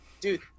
dude